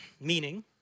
meaning